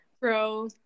Bro